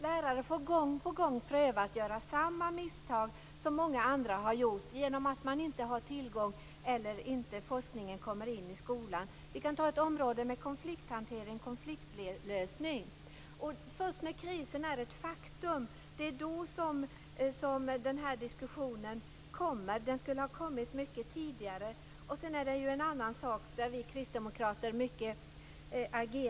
Lärare får gång på gång pröva att göra samma misstag som många andra har gjort genom att forskningen inte kommer in i skolan. Som exempel kan nämnas konflikthantering och konfliktlösning. Först när krisen är ett faktum uppstår denna diskussion. Men den skulle ha kommit mycket tidigare. Jag vill nämna en annan sak som vi kristdemokrater agerar mycket för.